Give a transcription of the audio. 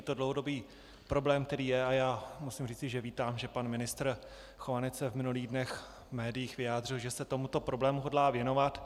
Je to dlouhodobý problém, který je, a já musím říci, že vítám, že pan ministr Chovanec v minulých dnech v médiích vyjádřil, že se tomuto problému hodlá věnovat.